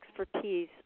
expertise